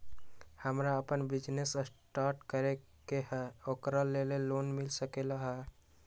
हमरा अपन business start करे के है ओकरा लेल लोन मिल सकलक ह?